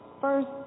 First